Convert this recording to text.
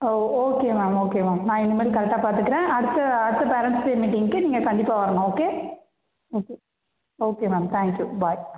ஓ okay ma'am okay ma'am நான் இனிமேல் கரெக்டாக பார்த்துக்குறேன் அடுத்த அடுத்த பேரண்ட்ஸ் டே மீட்டிங்க்கு நீங்கள் கண்டிப்பாக வரணும் okay okay okay ma'am thank you bye